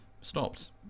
stopped